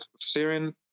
Syrian